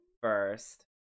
First